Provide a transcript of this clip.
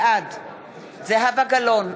בעד זהבה גלאון,